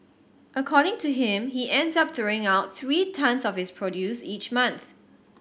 according to him he ends up throwing out three tonnes of his produce each month